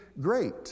great